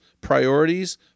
priorities